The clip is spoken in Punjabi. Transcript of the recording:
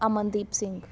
ਅਮਨਦੀਪ ਸਿੰਘ